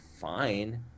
fine